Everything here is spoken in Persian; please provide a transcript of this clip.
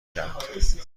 کرد